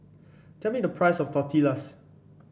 tell me the price of Tortillas